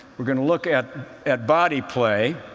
we're going to look at at body play,